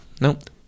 nope